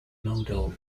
model